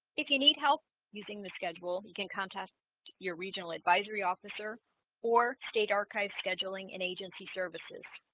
if you need help using the schedule you can contact your regional advisory officer or state archived scheduling and agency services